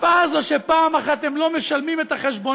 החוצפה הזאת, פעם אחת הם לא משלמים את החשבונות,